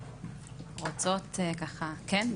רוצות ככה כן?